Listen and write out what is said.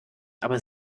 aber